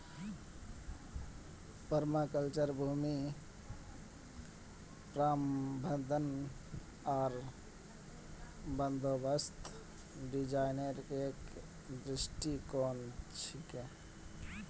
permaculture भूमि प्रबंधन आर बंदोबस्त डिजाइनेर एक दृष्टिकोण छिके